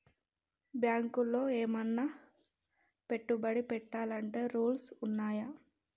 బ్యాంకులో ఏమన్నా పెట్టుబడి పెట్టాలంటే రూల్స్ ఉన్నయా?